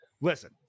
listen